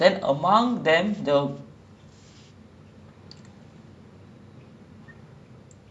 so like மொத்தமா மொத்தமா பாத்தா:mothamaa mothamaa paathaa is it technically like hitman agent forty seven person but with but a lot of people